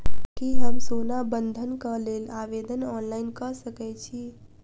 की हम सोना बंधन कऽ लेल आवेदन ऑनलाइन कऽ सकै छी?